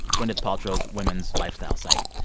gwyneth paltrow's women's lifestyle site.